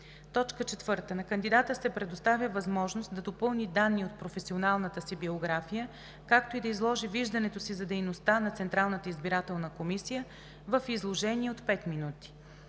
до 2 минути. 4. На кандидата се предоставя възможност да допълни данни от професионалната си биография, както и да изложи виждането си за дейността на Централната избирателна комисия в изложение до 5 минути.